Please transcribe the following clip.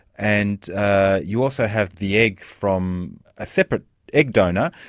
and you also have the egg from a separate egg donor,